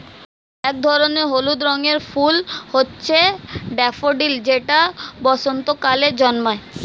এক ধরনের হলুদ রঙের ফুল হচ্ছে ড্যাফোডিল যেটা বসন্তকালে জন্মায়